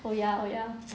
oh ya oh ya